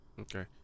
Okay